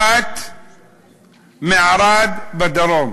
באת מערד בדרום